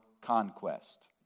conquest